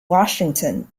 washington